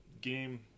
game